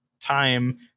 time